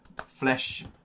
flesh